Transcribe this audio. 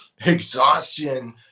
exhaustion